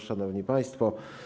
Szanowni Państwo!